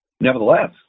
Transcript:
Nevertheless